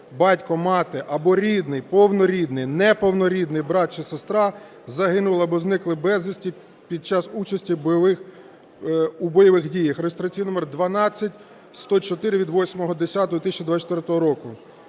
батько, мати або рідний (повнорідний, неповнорідний) брат чи сестра) загинули або зникли безвісти під час участі у бойових діях (реєстраційний номер 12104, від 08.10.2024 року).